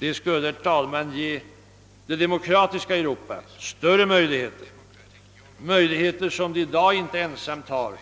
Det skulle, herr talman, ge det demokratiska Europa större möjligheter, möjligheter som det i dag inte ensamt har,